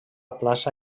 plaça